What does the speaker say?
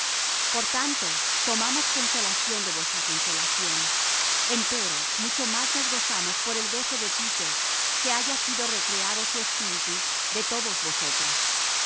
por tanto tomamos consolación de vuestra consolación empero mucho más nos gozamos por el gozo de tito que haya sido recreado su espíritu de todos vosotros